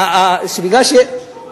איך אתה יכול לשכוח אותם?